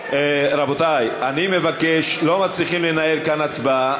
רבותי, אני מבקש, לא מצליחים לנהל כאן הצבעה.